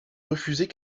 refuser